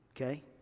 Okay